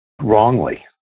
wrongly